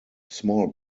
small